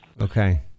Okay